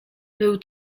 był